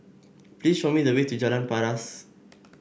please show me the way to Jalan Paras